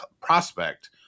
prospect